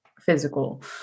physical